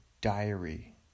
diary